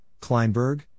Kleinberg